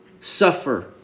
suffer